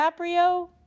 DiCaprio